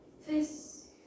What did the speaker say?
face